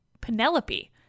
Penelope